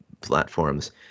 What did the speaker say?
platforms